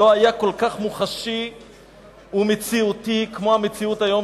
מעולם לא היה כל כך מוחשי ומציאותי כמו המציאות היום,